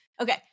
Okay